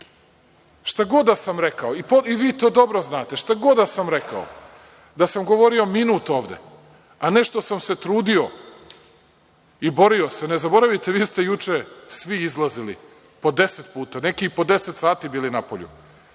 Šta god da sam rekao, i vi to dobro znate, šta god da sam rekao, da sam govorio minut ovde, a ne što sam se trudio i borio se... Ne zaboravite, vi ste juče svi izlazili po 10 puta, a neki i po 10 sati bili napolju.